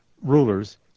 rulers